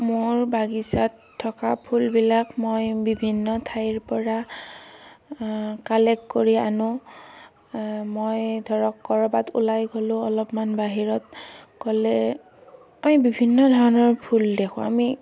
মোৰ বাগিচাত থকা ফুলবিলাক মই বিভিন্ন ঠাইৰ পৰা কালেক কৰি আনোঁ মই ধৰক ক'ৰবাত ওলাই গ'লোঁ অলপমান বাহিৰত গ'লে আমি বিভিন্ন ধৰণৰ ফুল দেখোঁ আমি